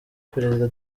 perezida